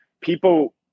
people